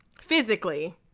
Physically